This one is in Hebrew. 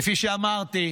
כפי שאמרתי,